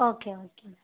okay okay ma'am